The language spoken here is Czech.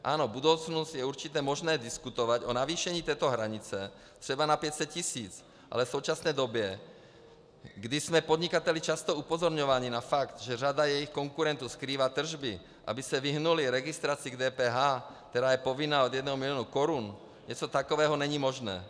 Ano, v budoucnu je určitě možné diskutovat o zvýšení této hranice třeba na 500 tisíc, ale v současné době, kdy jsme podnikateli často upozorňováni na fakt, že řada jejich konkurentů skrývá tržby, aby se vyhnuli registraci k DPH, která je povinná od jednoho milionu korun, něco takového není možné.